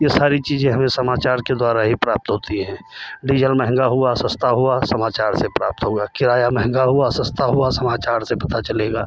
यह सारी चीज़ें हमें समाचार के द्वारा ही प्राप्त होती हैं डीज़ल महँगा हुआ सस्ता हुआ समाचार से प्राप्त होगा किराया महँगा हुआ सस्ता हुआ समाचार से पता चलेगा